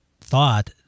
thought